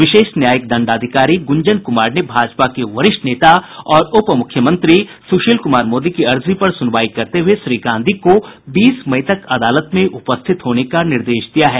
विशेष न्यायिक दंडाधिकारी गुंजन कुमार ने भाजपा के वरिष्ठ नेता और उप मुख्यमंत्री सुशील कुमार मोदी की अर्जी पर सुनवाई करते हुए श्री गांधी को बीस मई तक अदालत में उपस्थित होने का निर्देश दिया है